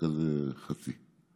חצי כזה: